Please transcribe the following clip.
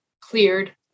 cleared